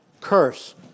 curse